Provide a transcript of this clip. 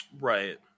Right